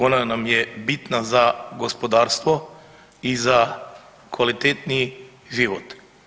Ona nam je bitna za gospodarstvo i za kvalitetniji život.